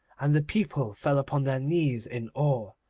and the people fell upon their knees in awe,